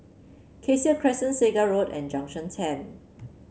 Cassia Crescent Segar Road and Junction Ten